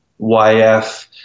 YF